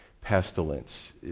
pestilence